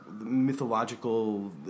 mythological